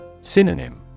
Synonym